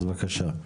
אז בבקשה.